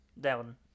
Down